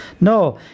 No